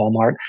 Walmart